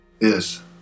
Yes